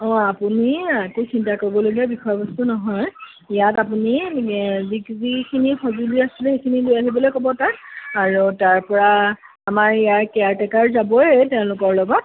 অ আপুনি একো চিন্তা কৰিবলগীয়া বিষয়বস্তু নহয় ইয়াত আপুনি এ যি যিখিনি সেইখিনি লৈ আহিবলৈ ক'ব তাক আৰু তাৰপৰা আমাৰ ইয়াৰ কেয়াৰটেকাৰ যাবই তেওঁলোকৰ লগত